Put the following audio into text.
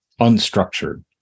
unstructured